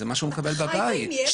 זה מה שהוא קלט בבית --- שקט,